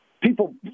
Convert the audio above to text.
people